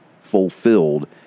fulfilled